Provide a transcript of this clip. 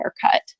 haircut